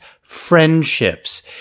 friendships